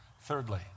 Thirdly